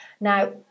Now